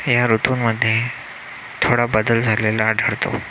या ऋतूंमध्ये थोडा बदल झालेला आढळतो